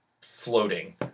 floating